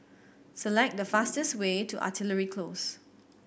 select the fastest way to Artillery Close